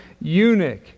eunuch